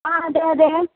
ആ അതെ അതെ